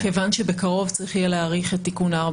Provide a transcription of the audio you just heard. כיוון שבקרוב צריך יהיה להאריך את תיקון 4